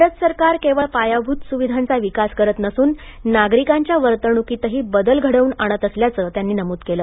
भारत सरकार केवळ पायाभुत सुविधांचा विकास करत नसून नागरिकांच्या वर्तणुकीतही बदल घडवून आणत असल्याचे त्यांनी नमुद केले